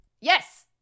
Yes